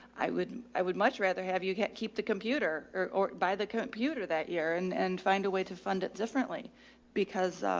i would, i would much rather have, you can't keep the computer or or by the computer that year and and find a way to fund it differently because, ah,